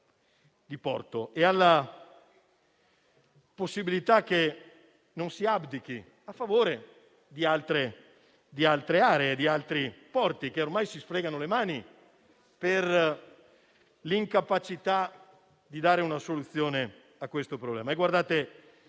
di porto e alla possibilità che non si abdichi a favore di altre aree e di altri porti, che ormai si fregano le mani per l'incapacità di dare una soluzione a questo problema.